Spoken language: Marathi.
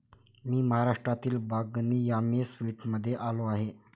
मी महाराष्ट्रातील बागनी यामी स्वीट्समध्ये आलो आहे